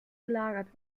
gelagert